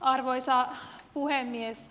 arvoisa puhemies